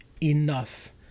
Enough